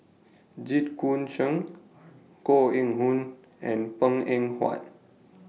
Jit Koon Ch'ng Koh Eng Hoon and Png Eng Huat